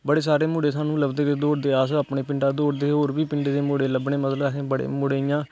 बडे सारे मुडे़ सानू लभदे दौड़दे अस अपने पिंडे दौड़दे हे ओह् बी पिंडे दे मुडे़ लब्भने मतलब आसें गी बडे़ मुडे़ इयां